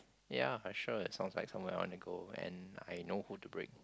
ya I sure it sounds like somewhere I want to go and I know who to bring